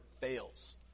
fails